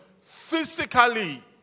Physically